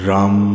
Ram